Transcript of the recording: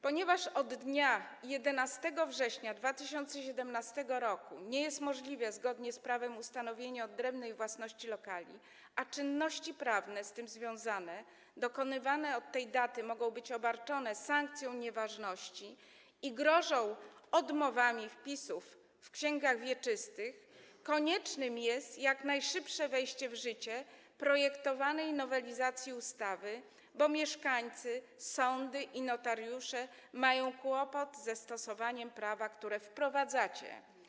Ponieważ od dnia 11 września 2017 r. nie jest możliwe zgodne z prawem ustanowienie odrębnej własności lokali, a czynności prawne z tym związane dokonywane od tej daty mogą być obarczone sankcją nieważności i grożą odmowami wpisów w księgach wieczystych, konieczne jest jak najszybsze wejście w życie projektowanej nowelizacji ustawy, bo mieszkańcy, sądy i notariusze mają kłopot ze stosowaniem prawa, które wprowadzacie.